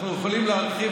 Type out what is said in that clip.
אנחנו יכולים להרחיב.